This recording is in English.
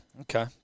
Okay